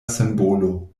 simbolo